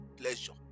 pleasure